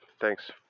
Thanks